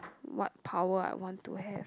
what power I want to have